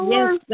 Yes